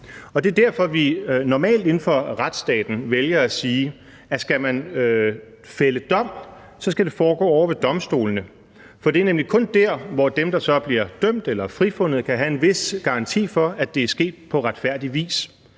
Det er derfor, vi normalt inden for retsstaten vælger at sige, at skal man fælde dom, skal det foregå ovre ved domstolene, for det er nemlig kun der, hvor dem, der så bliver dømt eller frifundet, kan have en vis garanti for, er det er sket på retfærdig vis.